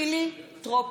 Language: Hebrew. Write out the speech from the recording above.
בעד חילי טרופר,